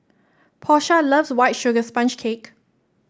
Porsha loves White Sugar Sponge Cake